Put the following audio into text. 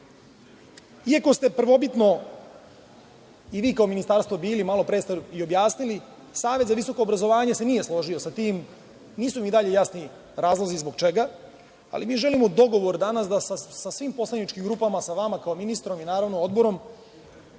iako ste prvobitno i vi kao ministarstvo bili, malopre ste i objasnili, Savet za visoko obrazovanje se nije složio sa tim, nisu mi dalje jasni razlozi zbog čega, ali mi želimo dogovor danas da sa svim poslaničkim grupama, sa vama kao ministrom i naravno Odborom,